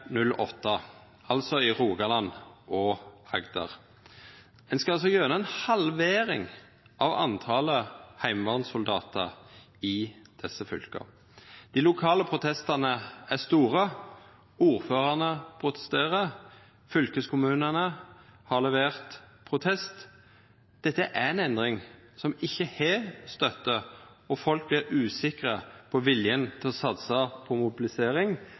HV-08, altså i Rogaland og Agder. Ein skal altså få ei halvering av talet på heimevernssoldatar i desse fylka. Dei lokale protestane er store. Ordførarane protesterer. Fylkeskommunane har levert protest. Dette er ei endring som ikkje har støtte, og folk vert usikre på viljen til å satsa på mobilisering